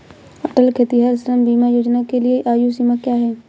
अटल खेतिहर श्रम बीमा योजना के लिए आयु सीमा क्या है?